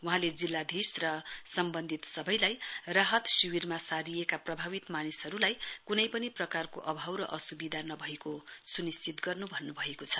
वहाँले जिल्लाधीश तथा अन्यलाई राहत शिविरमा सारिएका प्रभावित मानिसहरूलाई कुनै पनि प्रकारको अभाव नभएको सुनिश्चित गर्नु भन्नुभएको छ